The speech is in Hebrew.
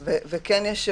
וכן יש,